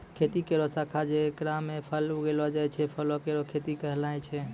खेती केरो शाखा जेकरा म फल उगैलो जाय छै, फलो केरो खेती कहलाय छै